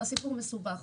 הסיפור מסובך,